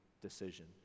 decision